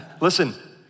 Listen